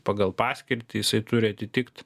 pagal paskirtį jisai turi atitikt